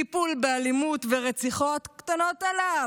טיפול באלימות ורציחות זה קטן עליו,